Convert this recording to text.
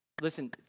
listen